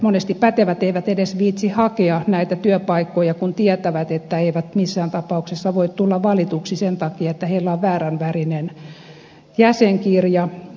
monesti pätevät eivät edes viitsi hakea näitä työpaikkoja kun tietävät että eivät missään tapauksessa voi tulla valituksi sen takia että heillä on väärän värinen jäsenkirja